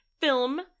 Film